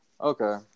Okay